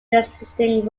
existing